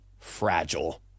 fragile